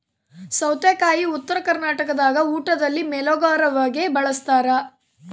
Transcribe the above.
ಸೌತೆಕಾಯಿ ಉತ್ತರ ಕರ್ನಾಟಕದಾಗ ಊಟದಲ್ಲಿ ಮೇಲೋಗರವಾಗಿ ಬಳಸ್ತಾರ